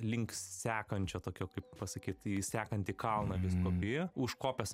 link sekančio tokio kaip pasakyt į sekantį kalną vis kopi užkopęs